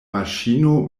maŝino